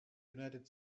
united